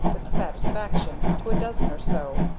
with satisfaction, to a dozen or so,